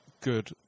good